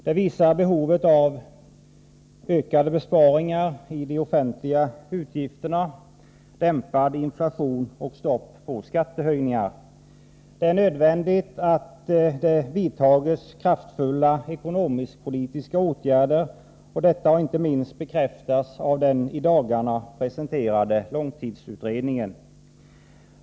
Det visar behovet av ökade besparingar i de offentliga utgifterna, dämpad inflation och stopp på skattehöjningar. Det är nödvändigt att det vidtas kraftfulla ekonomisk-politiska åtgärder. Detta har inte minst bekräftats av den i dagarna presenterade långtidsutredningen.